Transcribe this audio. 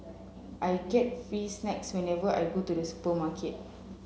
I get free snacks whenever I go to the supermarket